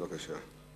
בבקשה.